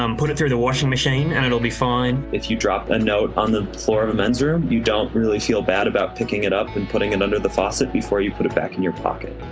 um put it through the washing machine, and it'll be fine. if you drop the note on the floor of a men's room, you don't really feel bad about picking it up and putting it under the faucet before you put it back in your pocket.